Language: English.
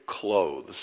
clothes